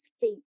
feet